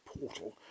portal